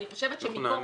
אז להבא, אני חושבת שמפה,